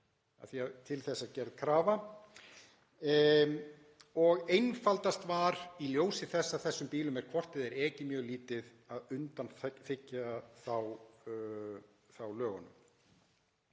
til þess er gerð krafa, og einfaldast var í ljósi þess að þessum bílum er hvort eð er ekið mjög lítið að undanþiggja þá lögunum.